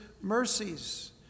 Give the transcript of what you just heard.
mercies